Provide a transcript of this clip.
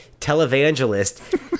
televangelist